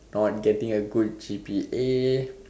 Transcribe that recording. not getting a good G_P_A